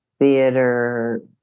theater